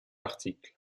article